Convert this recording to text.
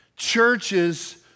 churches